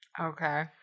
Okay